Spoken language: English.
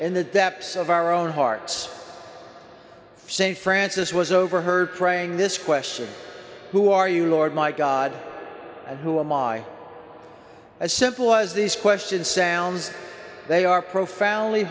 in the depths of our own hearts saint francis was overheard praying this question who are you lord my god and who are my as simple was this question sounds they are profoundly